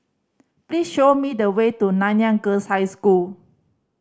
please show me the way to Nanyang Girls' High School